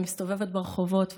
אני מסתובבת ברחובות,